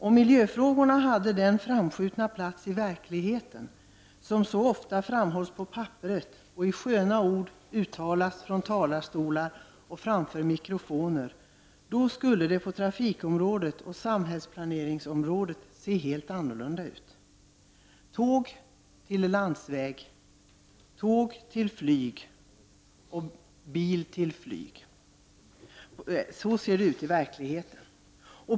Om miljöfrågorna hade den framskjutna plats i verkligheten som så ofta framhålls på papperet och i sköna ord från talarstolar och framför mikrofoner, då skulle det på trafikområdet och samhällsplaneringsområdet se helt annorlunda ut. Tåg till landsväg, tåg till flyg, och bil till flyg — så ser det ut i verkligheten.